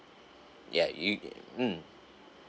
ya you err um